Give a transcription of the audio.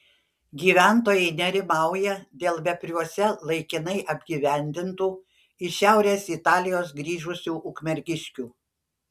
gyventojai nerimauja dėl vepriuose laikinai apgyvendintų iš šiaurės italijos grįžusių ukmergiškių